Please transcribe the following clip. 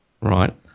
right